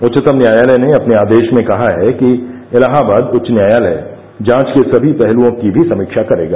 उच्चतम न्यायालय ने अपने आदेश में कहा है कि इलाहाबाद उच्च न्यायालय जांच के सभी पहलुओं की भी समीक्षा करेगा